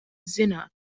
zināt